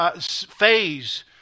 phase